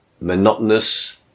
monotonous